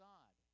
God